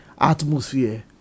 atmosphere